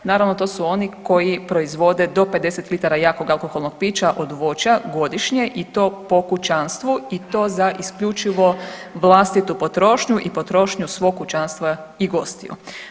Naravno to su oni koji proizvode do 50 litara jakog alkoholnog pića od voća godišnje i to po kućanstvu i to za isključivo vlastitu potrošnju i potrošnju svog kućanstva i gostiju.